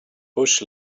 bush